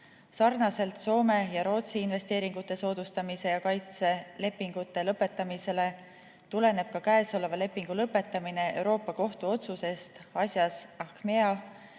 Sarnaselt Soome ja Rootsi investeeringute soodustamise ja kaitse lepingute lõpetamisega tuleneb ka käesoleva lepingu lõpetamine Euroopa Kohtu otsusest asjas